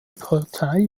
partei